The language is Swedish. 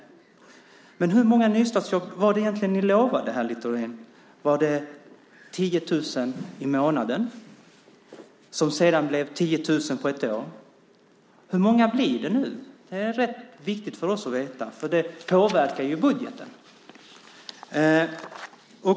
Men hur många nystartsjobb var det egentligen ni lovade, herr Littorin? Var det 10 000 i månaden som sedan blev 10 000 på ett år? Hur många blir det nu? Det är rätt viktigt för oss att veta, för det påverkar ju budgeten.